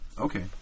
Okay